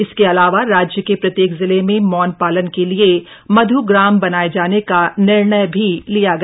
इसके अलावा राज्य के प्रत्येक जिले में मौन पालन के लिए मध् ग्राम बनाये जाने का निर्णय भी लिया गया